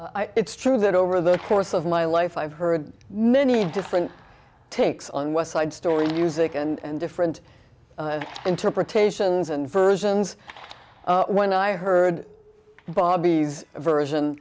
work it's true that over the course of my life i've heard many different takes on west side story music and different interpretations and versions when i heard bobby's version